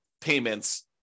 payments